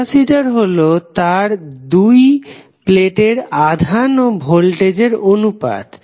capacitor হলো তার দুটি প্লেটের আধান ও ভোল্টেজের অনুপাত